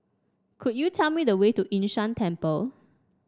could you tell me the way to Yun Shan Temple